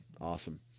Awesome